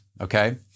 okay